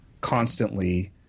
constantly